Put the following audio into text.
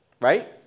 right